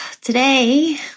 today